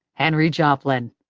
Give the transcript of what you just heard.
henry joplin.